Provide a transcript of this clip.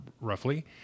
roughly